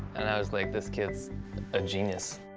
and i was like, this kid is a genius.